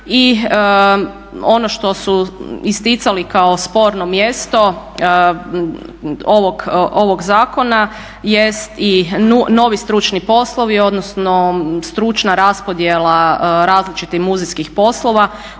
i ono što su isticali kao sporno mjesto ovog zakona jest i novi stručni poslovi, odnosno stručna raspodjela različitih muzejskih poslova